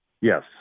Yes